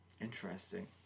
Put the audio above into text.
Interesting